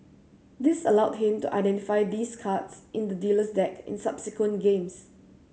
this allowed him to identify these cards in the dealer's deck in subsequent games